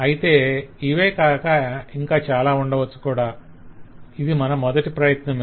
అయితే ఇవే కాక ఇంకా చాల ఉండవచ్చు కూడా ఇది మన మొదటి ప్రయత్నమే